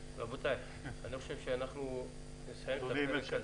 רבותיי, אני חושב שאנחנו נסיים את הפרק הזה.